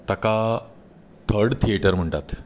ताका third theatre म्हणटात